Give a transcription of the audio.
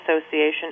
Association